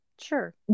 sure